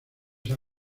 san